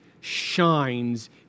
shines